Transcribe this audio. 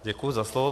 Děkuji za slovo.